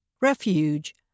Refuge